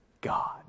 God